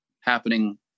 happening